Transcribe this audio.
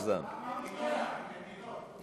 מה מפריע לך?